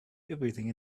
everything